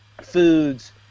foods